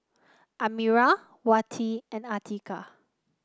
Amirah Wati and Atiqah